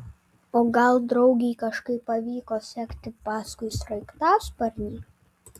o gal draugei kažkaip pavyko sekti paskui sraigtasparnį